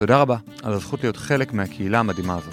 תודה רבה על הזכות להיות חלק מהקהילה המדהימה הזאת